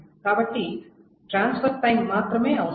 కాబట్టి transfer time మాత్రమే అవసరం